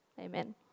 Amen